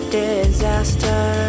disaster